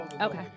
Okay